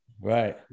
Right